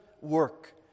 work